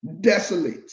desolate